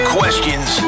questions